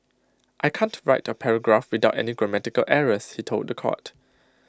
I can't write A paragraph without any grammatical errors he told The Court